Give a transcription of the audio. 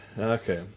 Okay